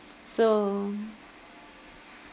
so